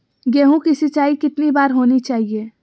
गेहु की सिंचाई कितनी बार होनी चाहिए?